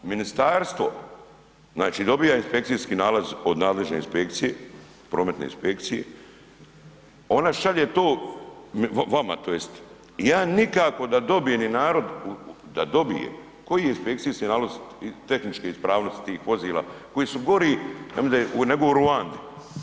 Ministarstvo znači dobija inspekcijski nalaz od nadležne inspekcije, prometne inspekcije ona šalje to, vama to jest, ja nikako da dobijem i narod da dobije koji je inspekcijski nalaz tehničke ispravnosti tih vozila koji su gori nego u Ruandi.